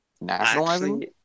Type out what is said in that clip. nationalizing